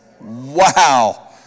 Wow